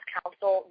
Council